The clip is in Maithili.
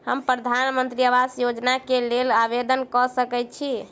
हम प्रधानमंत्री आवास योजना केँ लेल आवेदन कऽ सकैत छी?